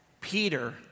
Peter